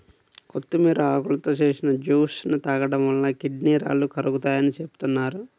కొత్తిమీర ఆకులతో చేసిన జ్యూస్ ని తాగడం వలన కిడ్నీ రాళ్లు కరుగుతాయని చెబుతున్నారు